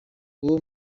uwo